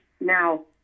now